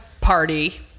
party